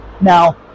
Now